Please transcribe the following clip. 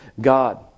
God